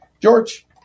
George